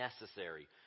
necessary